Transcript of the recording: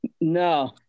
No